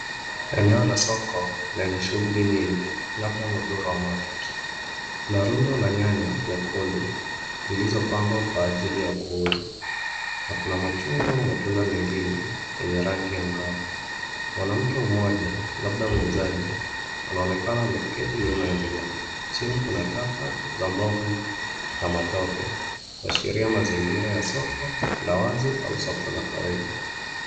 Eneo la soko lenye shughuli nyingi labdha Muthurwa Market. Kuna rundo la nyanya nyekundu zilizopangwa kwa ajili ya kuuzwa na kuna machungwa au matunda mengine yenye rangi angavu. Mwanamke mmoja, labda muuzaji, anaonekana ameketi nyuma ya bidhaa. Chini kuna taka za mboga na matope, kuashiria mazingira ya soko la wazi au soko la kawaida.